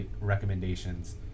recommendations